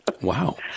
Wow